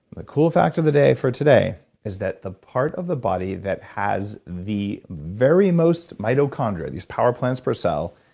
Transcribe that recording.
the cool fact of the day for today is that the part of the body that has the very most mitochondria, these power plants per cell,